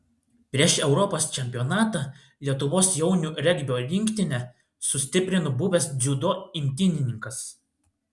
prieš europos čempionatą lietuvos jaunių regbio rinktinę sustiprino buvęs dziudo imtynininkas